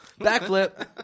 Backflip